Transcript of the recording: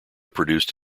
produced